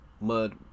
mud